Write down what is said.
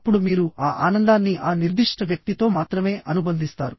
అప్పుడు మీరు ఆ ఆనందాన్ని ఆ నిర్దిష్ట వ్యక్తితో మాత్రమే అనుబంధిస్తారు